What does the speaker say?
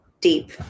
deep